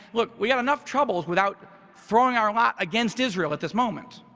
look, we've got enough troubles without throwing our lack against israel at this moment.